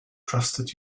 trusted